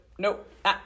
nope